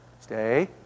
Stay